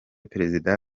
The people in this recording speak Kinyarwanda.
perezida